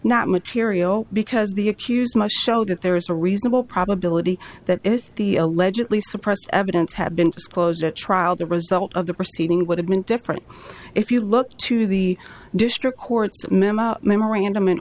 not material because the accused must show that there is a reasonable probability that if the allegedly suppressed evidence had been disclosed at trial the result of the proceeding would have been different if you look to the district court memo memorandum an